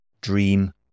dream